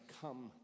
come